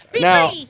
Now